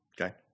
Okay